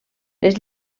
les